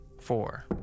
Four